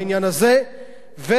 תודה.